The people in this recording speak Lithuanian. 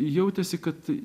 jautėsi kad